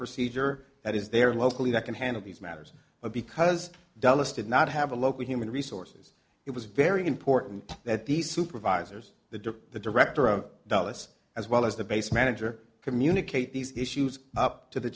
procedure that is there locally that can handle these matters but because dulles did not have a local human resources it was very important that the supervisors the the director of dulles as well as the base manager communicate these issues up to the